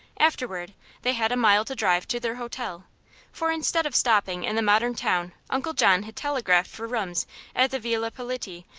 afterward they had a mile to drive to their hotel for instead of stopping in the modern town uncle john had telegraphed for rooms at the villa politi,